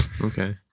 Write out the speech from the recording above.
okay